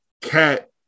cat